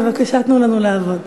בבקשה תנו לנו לעבוד.